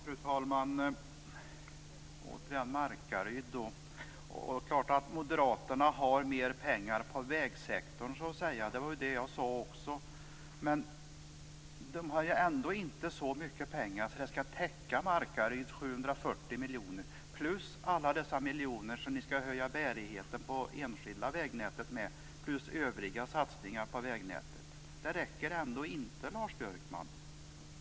Fru talman! Återigen kommer Markaryd upp. Det är klart att moderaterna har mer pengar på vägsektorn. Det var ju det jag sade också. Men de har ändå inte så mycket pengar att det skall kunna täcka Markaryds 740 miljoner plus alla dessa miljoner som ni skall höja bärigheten på enskilda vägnätet med och plus övriga satsningar på vägnätet. Det räcker ändå inte, Lars Björkman.